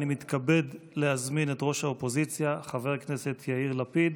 אני מתכבד להזמין את ראש האופוזיציה חבר הכנסת יאיר לפיד